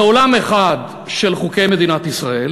מעולם אחד של חוקי מדינת ישראל